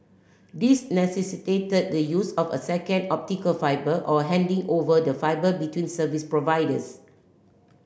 these necessitated the use of a second optical fibre or handing over the fibre between service providers